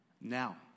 now